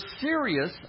serious